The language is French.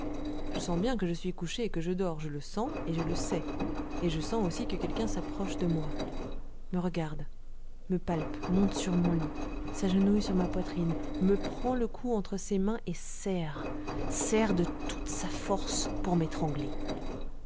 je sens bien que je suis couché et que je dors je le sens et je le sais et je sens aussi que quelqu'un s'approche de moi me regarde me palpe monte sur mon lit s'agenouille sur ma poitrine me prend le cou entre ses mains et serre serre de toute sa force pour m'étrangler